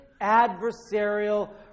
adversarial